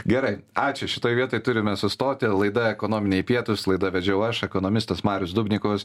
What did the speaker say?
gerai ačiū šitoj vietoj turime sustoti laida ekonominiai pietus laidą vedžiau aš ekonomistas marius dubnikovas